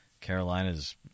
Carolina's